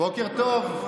בוקר טוב,